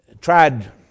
tried